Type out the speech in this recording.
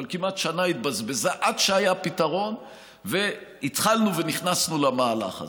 אבל כמעט שנה התבזבזה עד שהיה פתרון והתחלנו ונכנסנו למהלך הזה.